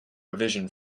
revision